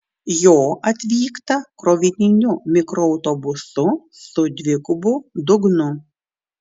jo atvykta krovininiu mikroautobusu su dvigubu dugnu